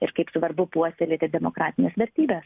ir kaip svarbu puoselėti demokratines vertybes